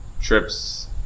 trips